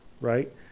right